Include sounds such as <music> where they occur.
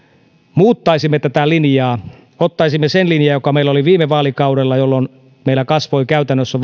muuttaisimme tätä linjaa ottaisimme sen linjan joka meillä oli viime vaalikaudella jolloin meillä kasvoivat käytännössä <unintelligible>